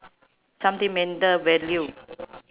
sentimental value